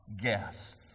guest